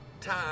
time